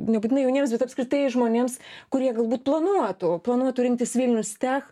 nebūtinai jauniems bet apskritai žmonėms kurie galbūt planuotų planų turintis vilnius tech